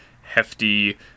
hefty